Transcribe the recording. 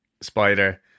spider